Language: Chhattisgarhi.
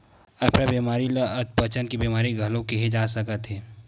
अफरा बेमारी ल अधपचन के बेमारी घलो केहे जा सकत हे